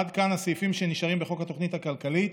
עד כאן הסעיפים שנשארים בחוק התוכנית הכלכלית